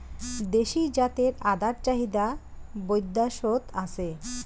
দেশী জাতের আদার চাহিদা বৈদ্যাশত আছে